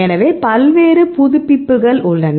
எனவே பல்வேறு புதுப்பிப்புகள் உள்ளன